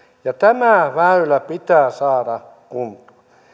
ja tämä väylä pitää saada kuntoon